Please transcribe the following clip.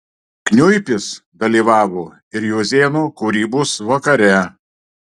kniuipis dalyvavo ir jozėno kūrybos vakare